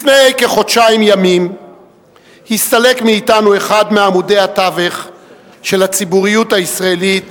לפני כחודשיים ימים הסתלק מאתנו אחד מעמודי התווך של הציבוריות הישראלית